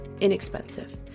inexpensive